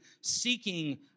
seeking